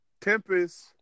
Tempest